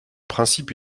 principe